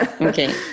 Okay